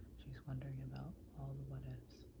she's wondering about all the what if's.